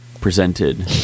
presented